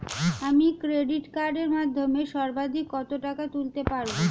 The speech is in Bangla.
আমি ক্রেডিট কার্ডের মাধ্যমে সর্বাধিক কত টাকা তুলতে পারব?